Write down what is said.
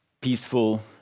peaceful